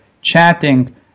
chatting